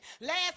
Last